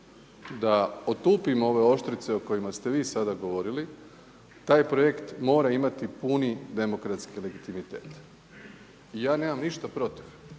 da otupimo ove oštrice o kojima ste vi sada govorili taj projekt mora imati puni demokratski legitimitet. I ja nemam ništa protiv